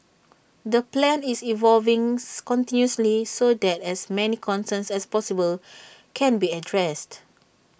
the plan is evolving continuously so that as many concerns as possible can be addressed